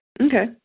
Okay